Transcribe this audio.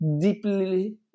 deeply